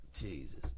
Jesus